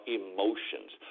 emotions